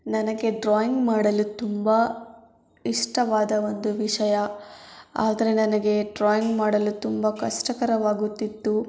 ನನಗೆ ಡ್ರಾಯಿಂಗ್ ಮಾಡಲು ತುಂಬ ಇಷ್ಟವಾದ ಒಂದು ವಿಷಯ ಆದರೆ ನನಗೆ ಡ್ರಾಯಿಂಗ್ ಮಾಡಲು ತುಂಬ ಕಷ್ಟಕರವಾಗುತ್ತಿತ್ತು